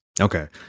okay